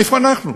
איפה אנחנו?